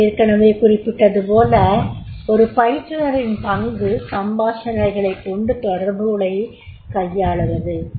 நான் ஏற்கெனவே குறிப்பிட்டது போல ஒரு பயிற்றுனரின் பங்கு சம்பாஷணைகளைக்கொண்டு தொடர்புகளைக் கையாளுவது